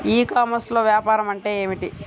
ఈ కామర్స్లో వ్యాపారం అంటే ఏమిటి?